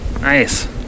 Nice